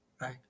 right